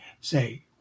say